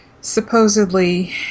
supposedly